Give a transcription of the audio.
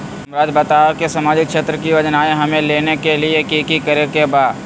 हमराज़ बताओ कि सामाजिक क्षेत्र की योजनाएं हमें लेने के लिए कि कि करे के बा?